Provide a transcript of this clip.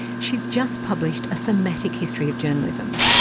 she's just published a thematic history of journalism,